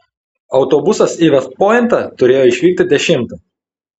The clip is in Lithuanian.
autobusas į vest pointą turėjo išvykti dešimtą